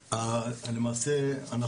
למעשה,